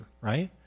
right